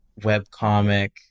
webcomic